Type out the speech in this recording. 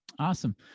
Awesome